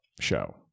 show